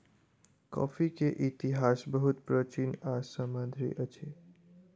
coffee के इतिहास बहुत प्राचीन आ समृद्धि अछि